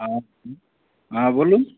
হ্যাঁ হুম হ্যাঁ বলুন